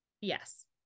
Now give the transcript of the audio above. yes